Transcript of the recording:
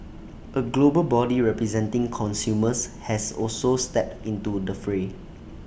A global body representing consumers has also stepped into the fray